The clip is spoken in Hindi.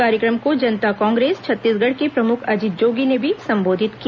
कार्यक्रम को जनता कांग्रेस छत्तीसगढ़ के प्रमुख अजीत जोगी ने भी संबोधित किया